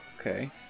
okay